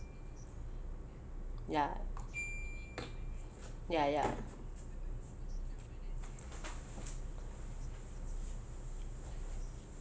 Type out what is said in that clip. ya ya ya